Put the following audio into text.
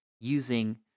using